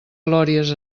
glòries